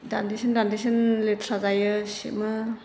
दान्दिसेनो दान्दिसेनो लेथ्रा जायो सिबो